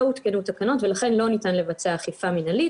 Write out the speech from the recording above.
לא הותקנו תקנות ולכן לא ניתן לבצע אכיפה מנהלית